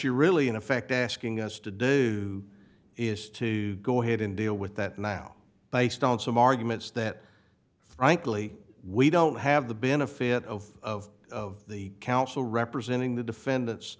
you're really in effect asking us to do is to go ahead and deal with that now based on some arguments that frankly we don't have the benefit of the counsel representing the defendant